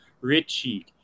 Richie